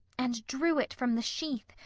and drew it from the sheath,